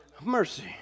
Mercy